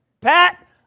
pat